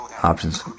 options